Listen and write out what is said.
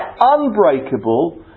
unbreakable